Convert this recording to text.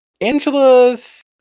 Angela's